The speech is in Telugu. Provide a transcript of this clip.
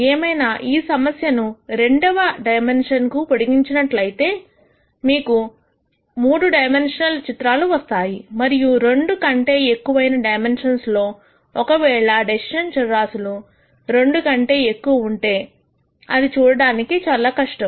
ఏమైనా ఈ సమస్యను రెండవ డైమెన్షన్ కు పొడిగించినట్లు అయితే మీకు 3 డైమెన్షనల్ చిత్రాలు వస్తాయి మరియు 2 కంటే ఎక్కువైనా డైమెన్షన్స్ లో ఒకవేళ డెసిషన్ చరరాశులు 2 కంటే ఎక్కువ ఉంటే అది చూడడానికి కష్టం